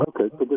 Okay